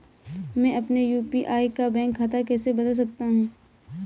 मैं अपने यू.पी.आई का बैंक खाता कैसे बदल सकता हूँ?